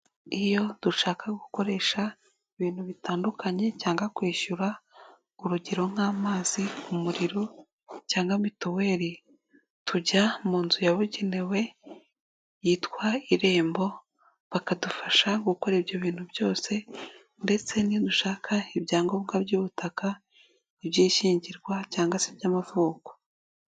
Iyo dushaka gukoresha, ibintu bitandukanye cyangwa kwishyura, urugero nk'amazi umuriro cyangwa mituweli, tujya mu nzu yabugenewe, yitwa irembo, bakadufasha gukora ibyo bintu byose ndetse nidushaka ibyangombwa by'ubutaka, iby'ishyingirwa cyangwa se iby'amavuko.